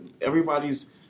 everybody's